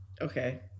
Okay